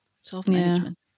self-management